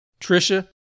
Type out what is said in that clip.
Trisha